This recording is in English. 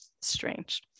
strange